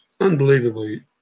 unbelievably